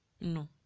no